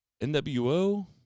NWO